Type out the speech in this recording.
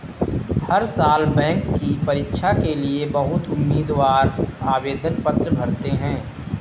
हर साल बैंक की परीक्षा के लिए बहुत उम्मीदवार आवेदन पत्र भरते हैं